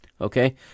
Okay